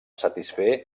satisfer